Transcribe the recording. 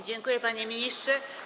Dziękuję, panie ministrze.